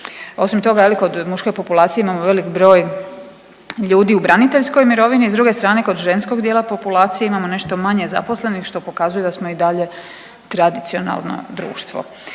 Osim toga je li kod muške populacije imamo velik broj ljudi u braniteljskoj mirovini s druge strane kod ženskog dijela populacije imamo nešto manje zaposlenih što pokazuje da smo i dalje tradicionalno društvo.